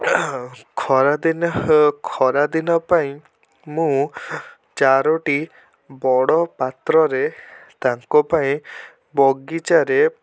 ଖରାଦିନେ ଖରାଦିନପାଇଁ ମୁଁ ଚାରୋଟି ବଡ଼ପାତ୍ରରେ ତାଙ୍କ ପାଇଁ ବଗିଚାରେ